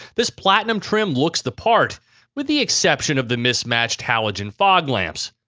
this platinum trim looks the part with the exception of the mismatched halogen fog lamps.